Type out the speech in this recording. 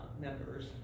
members